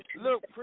look